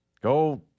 go